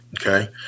Okay